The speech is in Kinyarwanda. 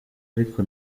ariko